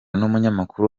n’umunyamakuru